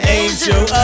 angel